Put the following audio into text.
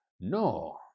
No